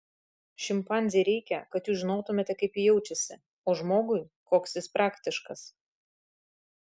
šimpanzei reikia kad jūs žinotumėte kaip ji jaučiasi o žmogui koks jis praktiškas